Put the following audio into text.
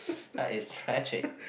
that is tragic